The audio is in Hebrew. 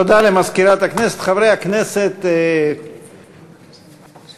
התשע"ה 2015, מאת חבר הכנסת מיקי רוזנטל,